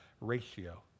ratio